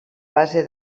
base